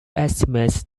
estimates